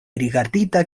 rigardita